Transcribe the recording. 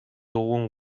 dugun